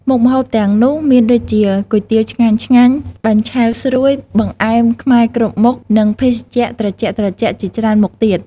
មុខម្ហូបទាំងនោះមានដូចជា គុយទាវឆ្ងាញ់ៗ បាញ់ឆែវស្រួយ បង្អែមខ្មែរគ្រប់មុខ និងភេសជ្ជៈត្រជាក់ៗជាច្រើនមុខទៀត។